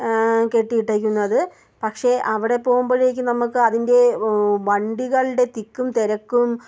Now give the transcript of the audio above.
കെട്ടിയിട്ടേക്കുന്നത് പക്ഷേ അവിടെ പോവുമ്പോഴേക്കും നമുക്ക് അതിൻ്റെ വണ്ടികളുടെ തിക്കും തിരക്കും